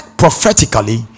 prophetically